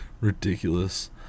Ridiculous